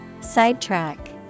Sidetrack